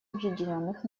объединенных